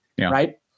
right